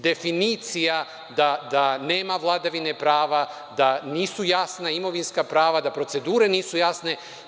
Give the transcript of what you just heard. Definicija da nema vladavine prava, da nisu jasna imovinska prava, da procedure nisu jasne.